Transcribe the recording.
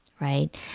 right